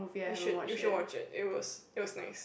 you should you should watch it it was it was nice